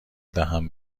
دهم